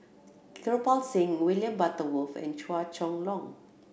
Kirpal Singh William Butterworth and Chua Chong Long